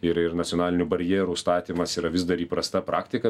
ir ir nacionalinių barjerų statymas yra vis dar įprasta praktika